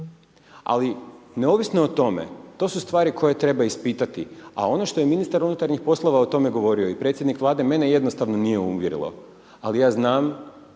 Ali neovisno o tome, to su stvari koje treba ispitati a ono što je ministar unutarnjih poslova o tome govorio i predsjednik Vlade mene jednostavno nije uvjerio, ali ja znam